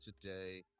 today